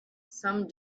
some